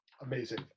Amazing